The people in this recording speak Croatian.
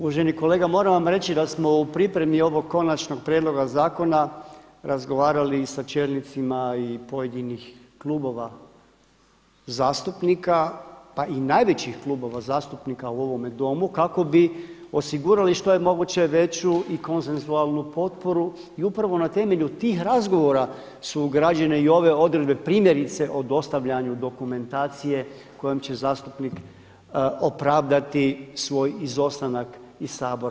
Uvaženi kolega moram vam reći da smo u pripremi ovog konačnog prijedloga zakona razgovarali sa čelnicima i pojedinih klubova zastupnika pa i najvećih klubova zastupnika u ovome Domu kako bi osigurali što je moguće veću i konsensualnu potporu i upravo na temelju tih razgovora su ugrađene i ove odredbe primjerice o dostavljanju dokumentacije kojom će zastupnik opravdati svoj izostanak iz Sabora.